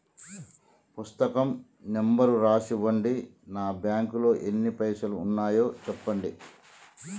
పుస్తకం నెంబరు రాసి ఇవ్వండి? నా బ్యాంకు లో ఎన్ని పైసలు ఉన్నాయో చెప్పండి?